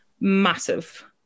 massive